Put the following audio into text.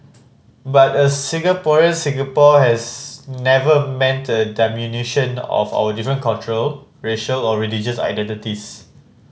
but a Singaporean Singapore has never meant a diminution of our different cultural racial or religious identities